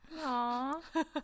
Aww